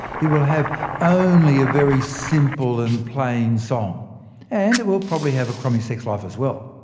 it will have only a very simple and plain song and it will probably have a crummy sex life as well.